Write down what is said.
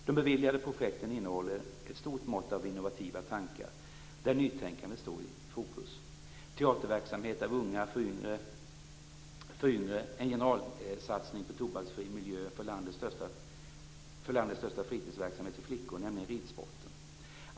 De beviljade projekten innehåller ett stort mått av innovativa tankar, där nytänkandet står i fokus: Teaterverksamhet av unga för yngre, en generalsatsning på tobaksfri miljö för landets största fritidsverksamhet för flickor, nämligen ridsporten.